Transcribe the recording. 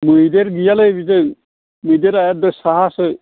मैदेर गैयालै बिजों मैदेरा एखदम साहासो